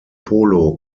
polo